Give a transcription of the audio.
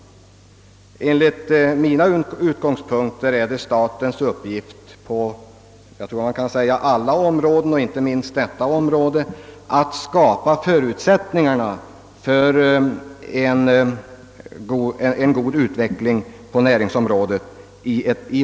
Från mina utgångspunkter är det i vårt konkurrenssamhälle och med vår blandekonomi statens uppgift att på alla områden och inte minst på detta skapa förutsättningarna för en god näringsutveckling.